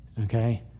okay